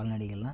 கால்நடைகள்லாம்